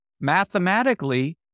Mathematically